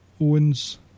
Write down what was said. Owens